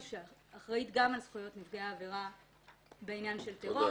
שאחראית על זכויות נפגעי עבירה בעניין של טרור,